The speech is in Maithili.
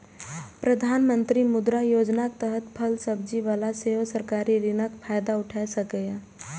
प्रधानमंत्री मुद्रा योजनाक तहत फल सब्जी बला सेहो सरकारी ऋणक फायदा उठा सकैए